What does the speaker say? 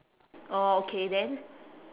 orh okay then